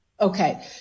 Okay